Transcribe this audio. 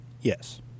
Yes